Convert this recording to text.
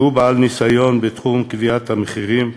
שהוא בעל ניסיון בתחום קביעת המחירים,